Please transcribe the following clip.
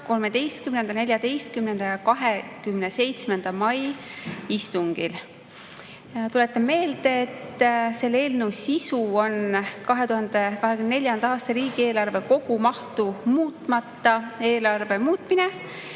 13., 14. ja 27. mai istungil. Tuletan meelde, et selle eelnõu sisu on 2024. aasta riigieelarve kogumahtu muutmata eelarve muutmine.